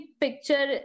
picture